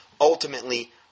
ultimately